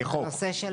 כחוק?